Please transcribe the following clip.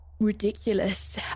ridiculous